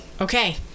Okay